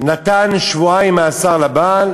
נתן שבועיים מאסר לבעל.